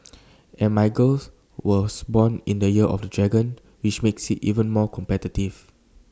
and my girls was born in the year of the dragon which makes IT even more competitive